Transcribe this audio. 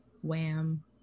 wham